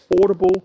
affordable